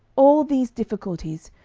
all these difficulties,